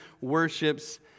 worships